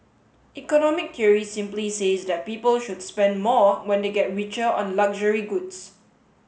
economic theory simply says that people should spend more when they get richer on luxury goods